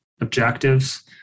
objectives